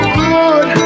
good